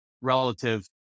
relative